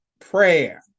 prayer